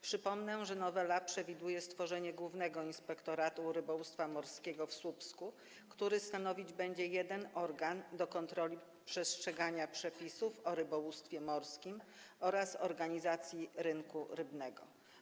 Przypomnę, że nowela przewiduje stworzenie Głównego Inspektoratu Rybołówstwa Morskiego w Słupsku, który będzie stanowić jeden organ kontroli przestrzegania przepisów o rybołówstwie morskim oraz o organizacji rynku rybnego.